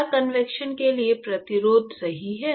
क्या कन्वेक्शन के लिए प्रतिरोध सही है